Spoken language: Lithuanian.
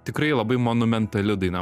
tikrai labai monumentali daina man atrodo labai